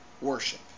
worship